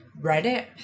Reddit